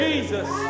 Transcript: Jesus